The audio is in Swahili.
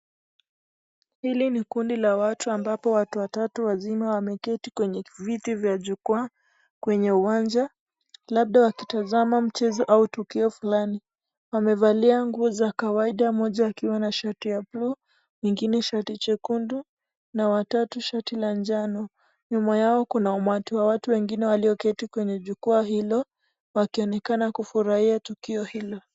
Hili ni kundi la watu ambapo watu watatu wasima wameketi kwenye viti vya jukua kwenye uwanja labda wakitasama mchezo au tukio fulani. Amevalia nguo za kawaida moja akiwa na suti ya buluu mwingine shati jekundu na watatu shati la njano. Nyuma yao kuna umati wa watu walio keti kwenye jukua hilo wakionekana kufurahia tukio hilo.